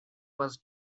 was